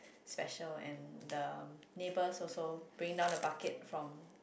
special and the neighbour also bring down the bucket from